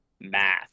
math